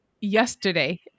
yesterday